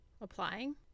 applying